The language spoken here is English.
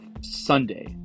Sunday